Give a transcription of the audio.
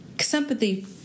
sympathy